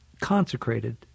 consecrated